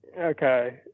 Okay